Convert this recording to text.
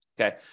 Okay